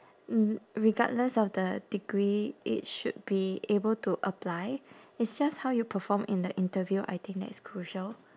r~ regardless of the degree it should be able to apply it's just how you perform in the interview I think that is crucial